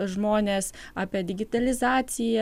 žmonės apie digitalizaciją